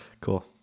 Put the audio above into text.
Cool